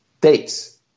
dates